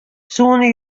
soenen